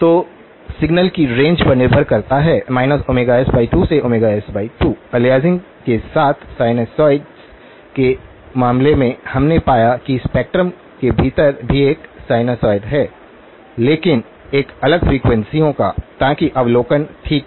तो सिग्नल की रेंज पर निर्भर करता है s2 से s2 अलियासिंग के साथ साइनसोइड्स के मामले में हमने पाया कि स्पेक्ट्रम के भीतर भी एक साइनसॉइड है लेकिन एक अलग फ्रीक्वेंसीयों का ताकि अवलोकन ठीक था